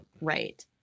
Right